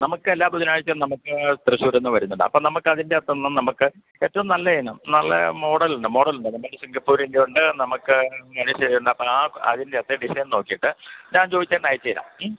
നമുക്ക് എല്ലാ ബുധനാഴ്ചയും നമുക്ക് തൃശൂരിൽ നിന്ന് വരുന്നുണ്ട് അപ്പം നമുക്ക് അതിൻ്റെ അകത്തു നിന്ന് നമുക്ക് ഏറ്റവും നല്ലയിനം നല്ല മോഡൽ ഉണ്ട് മോഡൽ ഉണ്ട് നമുക്ക് സിംഗപ്പൂരിന്റെ ഉണ്ട് നമുക്ക് മലേഷ്യ അപ്പം ആ അതിൻ്റെ അകത്തു ഡിസൈന് നോക്കിയിട്ട് ഞാന് ജോയിച്ചേട്ടനയച്ച് തരാം മ്മ്